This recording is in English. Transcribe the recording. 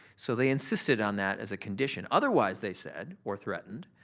so, they insisted on that as a condition otherwise, they said or threatened,